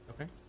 Okay